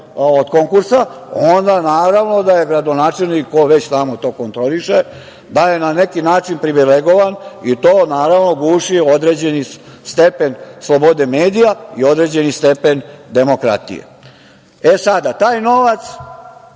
onda naravno da je gradonačelnik, ko već tamo to kontroliše, da je na neki način privilegovan i to naravno guši određeni stepen slobode medija i određeni stepen demokratije. Sada, taj novac